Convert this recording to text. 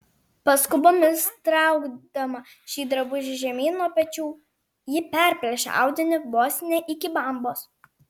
paskubomis traukdama šį drabužį žemyn nuo pečių ji perplėšė audinį vos ne iki bambos